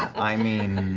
i mean.